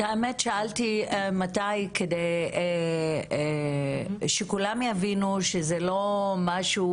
את האמת, שאלתי מתי כדי שכולם יבינו שזה לא משהו